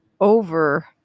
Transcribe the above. over